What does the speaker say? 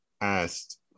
asked